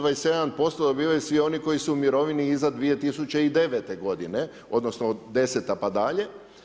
27% dobivaju svi oni koji su u mirovini iza 2009. godine odnosno deseta pa dalje.